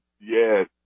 yes